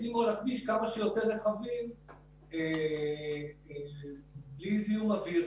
ישימו על הכביש כמה שיותר רכבים בלי זיהום אוויר.